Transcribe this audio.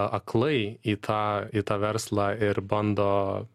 aklai į tą į tą verslą ir bando